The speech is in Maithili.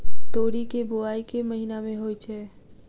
तोरी केँ बोवाई केँ महीना मे होइ छैय?